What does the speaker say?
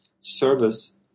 service